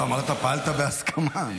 לא, אמרת שפעלת בהסכמה.